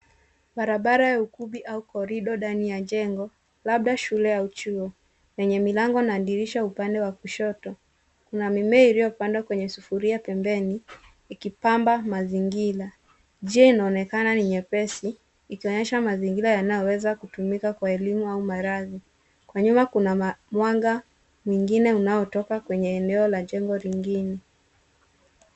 Barabara ya ukumbi au corridor ndani ya jengo, labda shule au chuo yenye milango na dirisha upande wa kushoto. Kuna mimea iliyopandwa kwenye sufuria pembeni ikipamba mazingira. Njia inaonekana ni nyepesi ikionyesha mazingira yanayoweza kutumika kwa elimu au baraza. Kwa nyuma kuna mwanga mwingine unaotoka kwenye eneo la jengo lingine.